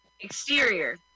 Exterior